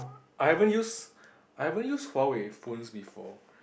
I haven't use I haven't use Huawei phones before